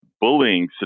bullying